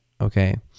okay